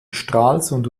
stralsund